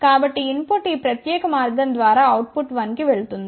కాబట్టి input ఈ ప్రత్యేక మార్గం ద్వారా అవుట్ పుట్ 1 కి వెళుతుంది